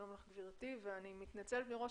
שלום גבירתי, אני מתנצלת מראש